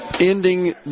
ending